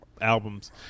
albums